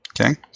Okay